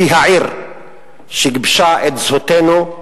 היא העיר שגיבשה את זהותנו.